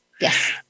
Yes